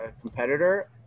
competitor